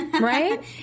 right